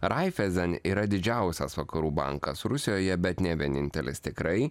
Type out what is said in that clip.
raifezen yra didžiausias vakarų bankas rusijoje bet ne vienintelis tikrai